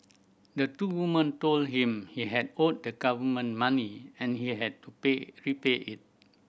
the two women told him he had owed the government money and he had to pay repay it